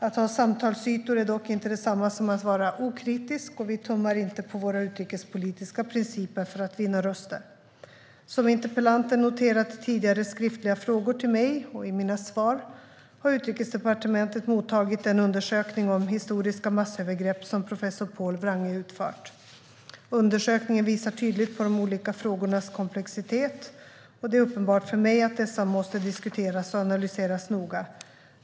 Att ha samtalsytor är dock inte detsamma som att vara okritisk, och vi tummar inte på våra utrikespolitiska principer för att vinna röster. Som interpellanten noterat i tidigare skriftliga frågor till mig, och i mina svar, har Utrikesdepartementet mottagit den undersökning om historiska massövergrepp som professor Pål Wrange utfört. Undersökningen visar tydligt på de olika frågornas komplexitet. Det är uppenbart för mig att dessa måste diskuteras och analyseras noga.